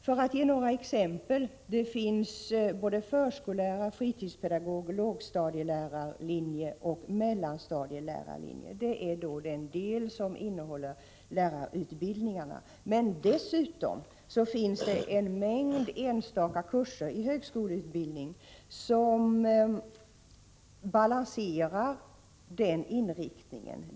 För att ge några exempel: Det finns både förskollärar-, fritidspedagog-, lågstadieläraroch mellanstadielärarlinjer. Det är den del som gäller lärarutbildningarna. Men dessutom finns en mängd enstaka kurser i högskoleutbildningen som balanserar den inriktningen.